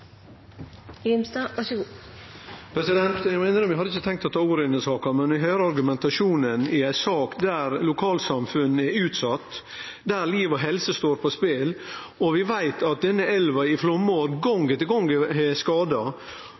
Eg må innrømme at eg ikkje hadde tenkt å ta ordet i denne saka, men når eg høyrer argumentasjonen i ei sak der lokalsamfunnet er utsett, der liv og helse står på spel, og der vi veit at denne elva i flomår gong på gong har